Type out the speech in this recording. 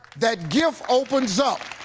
that gift opens up,